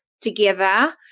together